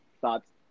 Thoughts